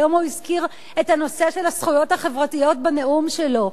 היום הוא הזכיר את הנושא של הזכויות החברתיות בנאום שלו.